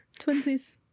Twinsies